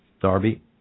Darby